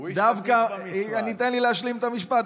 תן לי להשלים את המשפט,